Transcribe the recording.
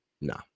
no